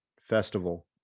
festival